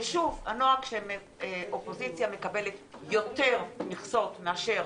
הנוהג הוא שאופוזיציה מקבלת יותר מכסות מאשר